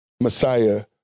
Messiah